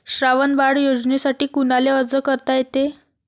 श्रावण बाळ योजनेसाठी कुनाले अर्ज करता येते?